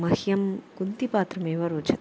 मह्यं कुन्तिपात्रमेव रोचते